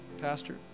pastor